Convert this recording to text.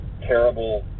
terrible